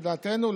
לדעתנו,